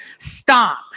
Stop